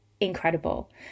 incredible